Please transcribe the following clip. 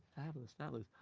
fabulous, fabulous.